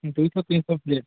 ଦୁଇଶହ ତିନିଶହ ପ୍ଲେଟ୍